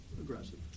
Aggressive